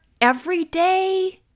everyday